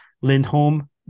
Lindholm